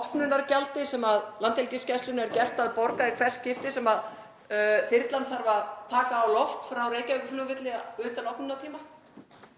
opnunargjaldi sem Landhelgisgæslunni er gert að borga í hvert skipti sem þyrlan þarf að taka á loft frá Reykjavíkurflugvelli utan opnunartíma.